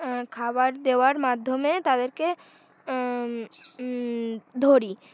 খাবার দেওয়ার মাধ্যমে তাদেরকে ধরি